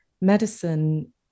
medicine